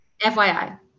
FYI